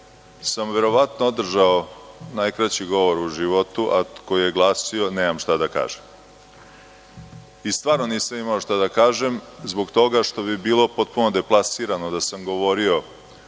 sam verovatno održao najkraći govor u životu, a koji je glasio – nemam šta da kažem. I stvarno nisam imao šta da kažem, zbog toga što bi bilo potpuno deplasirano da sam govorio